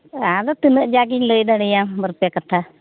ᱟᱫᱚ ᱛᱤᱱᱟᱹᱜ ᱡᱟᱜᱤᱧ ᱞᱟᱹᱭᱫᱟᱲᱮᱭᱟᱢ ᱵᱟᱨᱯᱮ ᱠᱟᱛᱷᱟ